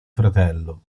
fratello